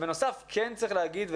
בנוסף כן צריך להגיד,